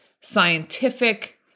scientific